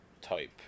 type